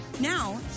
Now